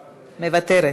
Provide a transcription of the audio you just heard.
מוותרת,